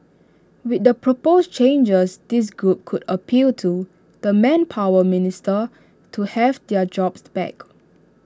with the proposed changes this group could appeal to the manpower minister to have their jobs back